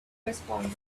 responded